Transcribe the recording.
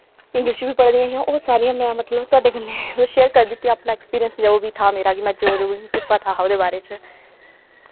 English च बी पढ़ी दियां हियां ओह् सारियां में मतलब थोआढ़े कन्नै ओह् शेयर करी दित्तियां अपना ऐक्सपीरिंयस जो बी था मेरा कि जो जो कुछ पता हा ओह्दे बारे च